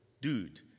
dude